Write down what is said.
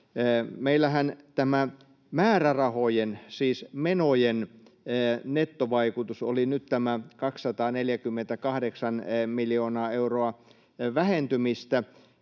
Meillähän tämä määrärahojen, siis menojen, nettovaikutus oli nyt 248 miljoonaa euroa vähentymistä.